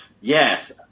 Yes